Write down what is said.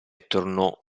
tornò